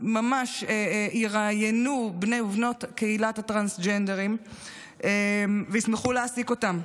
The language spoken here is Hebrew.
ממש יראיינו את בני ובנות קהילת הטרנסג'נדרים וישמחו להעסיק אותם.